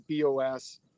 BOS